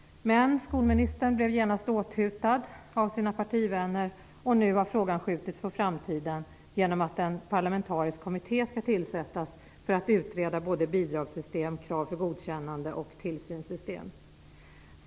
Men skolministern blev genast åthutad av sina partivänner. Nu har frågan skjutits på framtiden genom att en parlamentarisk kommitté skall tillsättas för att utreda både bidragssystem, krav för godkännande och tillsynssystem.